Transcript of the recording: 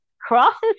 crosses